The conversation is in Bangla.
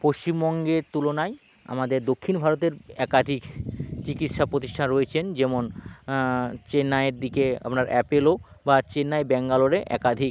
পশ্চিমবঙ্গের তুলনায় আমাদের দক্ষিণ ভারতের একাধিক চিকিৎসা প্রতিষ্ঠান রয়েছে যেমন চেন্নাইয়ের দিকে আপনার অ্যাপোলো বা চেন্নাই ব্যাঙ্গালোরে একাধিক